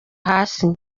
hasi